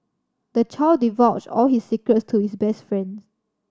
the child divulged all his secrets to his best friend